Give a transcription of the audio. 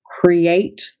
create